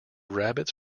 rabbits